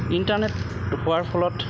internet হোৱাৰ ফলত